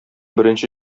беренче